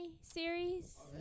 series